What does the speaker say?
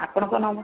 ଆପଣଙ୍କ ନମ୍ବର୍